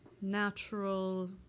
natural